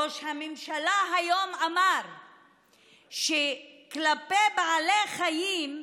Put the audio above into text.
ראש הממשלה היום אמר שכלפי בעלי חיים,